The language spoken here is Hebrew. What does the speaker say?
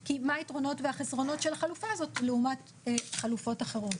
כי מה היתרונות והחסרונות של החלופה הזאת לעומת חלופות אחרות.